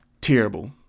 terrible